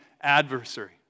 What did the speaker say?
adversary